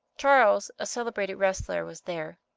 charles, a celebrated wrestler, was there,